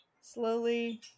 slowly